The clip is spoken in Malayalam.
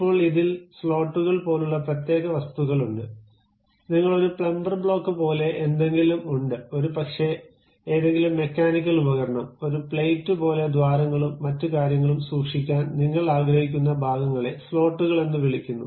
ഇപ്പോൾഇതിൽ സ്ലോട്ടുകൾ പോലുള്ള പ്രത്യേക വസ്തുക്കൾ ഉണ്ട് നിങ്ങൾക്ക് ഒരു പ്ലംബർ ബ്ലോക്ക് പോലെ എന്തെങ്കിലും ഉണ്ട് ഒരുപക്ഷേ ഏതെങ്കിലും മെക്കാനിക്കൽ ഉപകരണം ഒരു പ്ലേറ്റ് പോലെ ദ്വാരങ്ങളും മറ്റ് കാര്യങ്ങളും സൂക്ഷിക്കാൻ നിങ്ങൾ ആഗ്രഹിക്കുന്ന ഭാഗങ്ങളെ സ്ലോട്ടുകൾ എന്ന് വിളിക്കുന്നു